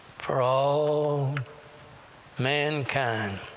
for all mankind.